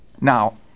Now